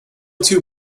two